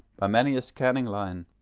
by many a scanning line.